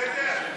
זה בסדר?